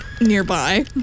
nearby